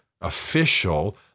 official